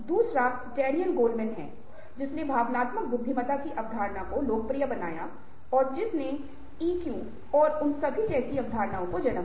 दूसरा Daniel Goleman है जिसने भावनात्मक बुद्धिमत्ता की अवधारणा को लोकप्रिय बनाया और जिसने ईक्यू और उस सभी जैसी अवधारणाओं को जन्म दिया